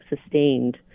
sustained